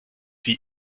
sie